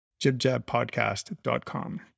jibjabpodcast.com